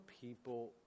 people